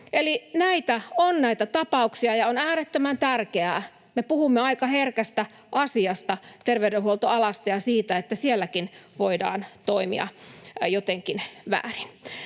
näitä tapauksia, ja on äärettömän tärkeää... Me puhumme aika herkästä asiasta, terveydenhuoltoalasta, ja siitä, että sielläkin voidaan toimia jotenkin